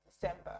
December